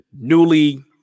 newly